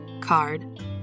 Card